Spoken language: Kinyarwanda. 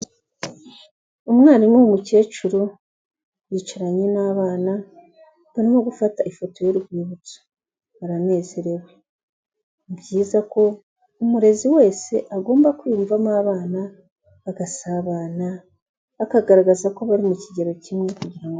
Umwarimu w'umukecuru wicaranye n'abana barimo gufata ifoto y'urwibutso, baranezerewe. Ni byiza ko umurezi wese agomba kwiyumvamo abana, bagasabana, akagaragaza ko bari mu kigero kimwe.